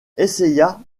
essaya